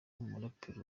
umuraperi